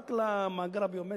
רק למאגר הביומטרי,